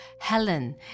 Helen